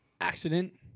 accident